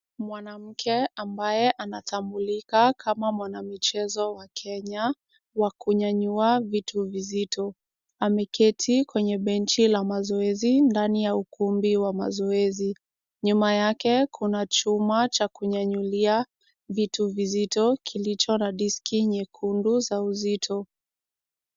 Mwanamke ambaye anatambulika kama mwana michezo wa Kenya wa kunyanyua vitu vizito ameketi kwenye benchi la mazoezi ndani ya ukumbi wa mazoezi. Nyuma yake kuna chuma cha kunyanyulia vitu vizito kilicho na diski nyekundu za uzito.